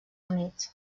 units